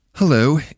Hello